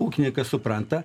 ūkininkas supranta